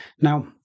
Now